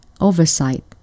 oversight